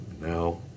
Now